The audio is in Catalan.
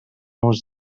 uns